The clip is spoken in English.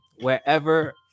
wherever